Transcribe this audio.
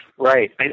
Right